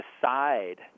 decide